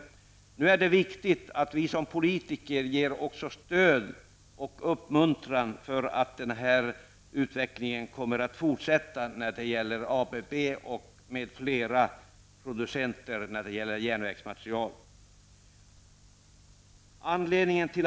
Det är viktigt att vi som politiker ger stöd och uppmuntran så att denna utveckling när det gäller järnvägsmaterial kan fortsätta hos ABB m.fl. producenter.